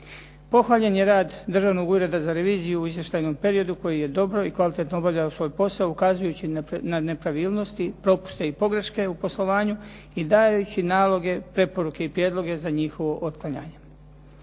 Pohvaljen je rad Državnog ureda za reviziju u izvještajnom periodu koji je dobro i kvalitetno obavljao svoj posao ukazujući na nepravilnosti, propuste i pogreške u poslovanju i dajući naloge, preporuke i prijedloge za njihovo otklanjanje.